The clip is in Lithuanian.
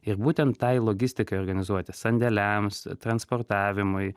ir būtent tai logistika organizuoti sandėliams transportavimui